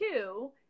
two